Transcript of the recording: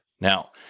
Now